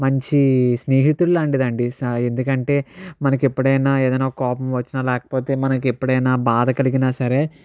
మంచి స్నేహితుడు లాంటిదండి ఎందుకంటే మనకు ఎప్పుడైనా ఏదైనా కోపం వచ్చిన లేకపోతే మనకి ఎప్పుడైనా బాధ కలిగినా సరే